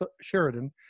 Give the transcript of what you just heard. Sheridan